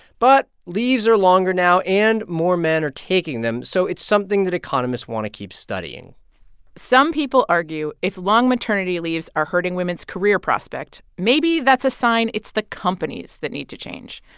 but leaves are longer now, and more men are taking them, so it's something that economists want to keep studying some people argue if long maternity leaves are hurting women's career prospect, maybe that's a sign it's the companies that need to change.